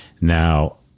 Now